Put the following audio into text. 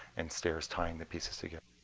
and stairs tying the pieces together.